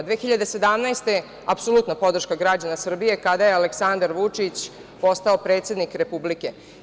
Godine 2017. apsolutna podrška građana Srbije kada je Aleksandar Vučić postao predsednik Republike.